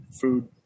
food